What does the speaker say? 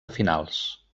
finals